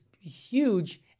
huge